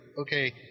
okay